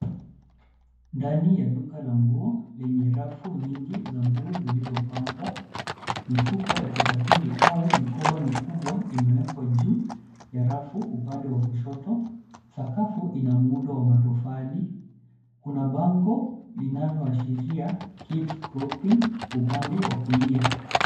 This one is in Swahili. Ndani ya duka la nguo lenye rafu nyingi za nguo zilizopangwa, mifuko ya kusafiri au mikoba mikubwa imewekwa juu ya rafu upande wa kushoto. Sakafu ina muundo wa matofali. Kuna bango linaloashiria kid's clothing upande wa kulia.